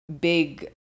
big